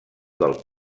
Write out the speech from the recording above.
del